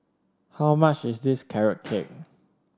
how much is this Carrot Cake